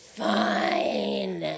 fine